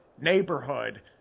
neighborhood